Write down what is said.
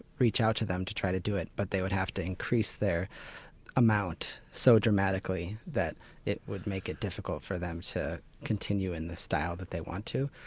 reach out to them to try and do it, but they would have to increase their amount so dramatically that it would make it difficult for them to continue in the style that they want to.